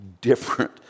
different